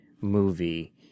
movie